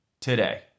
today